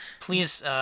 Please